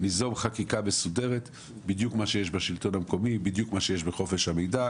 ניזום חקיקה מסודרת כפי שיש בשלטון המקומי וכפי שיש בחופש המידע.